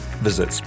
Visit